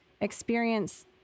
experience